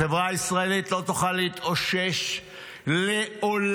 החברה הישראלית לא תוכל להתאושש לעולם.